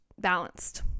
balanced